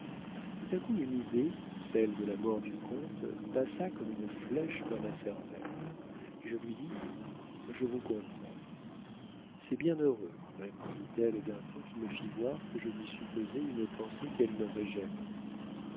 tout à coup une idée celle de la mort du comte passa comme une flèche dans ma cervelle et je lui dis je vous comprends c'est bien heureux répondit-elle d'un ton qui me fit voir que je lui supposais une pensée qu'elle n'aurait jamais